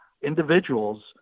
individuals